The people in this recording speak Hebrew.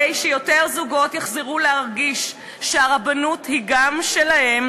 שיותר זוגות יחזרו להרגיש שהרבנות היא גם שלהם,